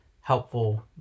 helpful